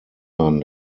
man